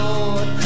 Lord